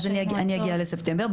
אגיע לספטמבר.